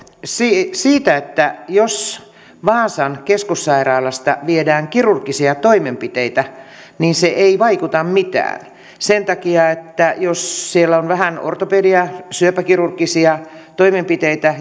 siitä siitä että jos vaasan keskussairaalasta viedään pois kirurgisia toimenpiteitä niin se ei vaikuta mitään sillä ei ole merkitystä sen takia että siellä on vähän ortopedia ja syöpäkirurgisia toimenpiteitä